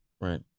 Right